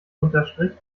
unterstrich